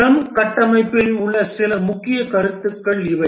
scrum கட்டமைப்பில் உள்ள சில முக்கியமான கருத்துக்கள் இவை